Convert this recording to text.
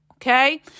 Okay